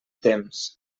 temps